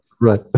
right